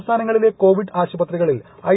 സംസ്ഥാനങ്ങളിലെ കോവിഡ് ആശുപത്രികളിൽ ഐ